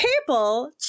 people